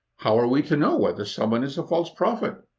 how are we to know whether someone is a false prophet